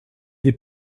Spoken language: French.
des